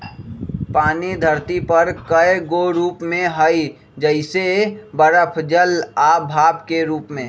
पानी धरती पर कए गो रूप में हई जइसे बरफ जल आ भाप के रूप में